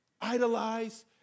idolize